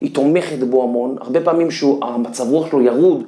היא תומכת בו המון, הרבה פעמים שהוא המצב רוח שלו ירוד.